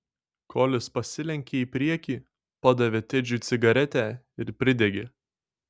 kolis pasilenkė į priekį padavė tedžiui cigaretę ir pridegė